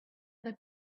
other